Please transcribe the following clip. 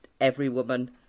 every-woman